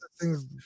thing's